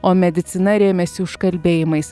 o medicina rėmėsi užkalbėjimais